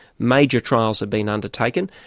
major trials have been undertaken,